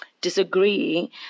disagree